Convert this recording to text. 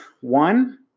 one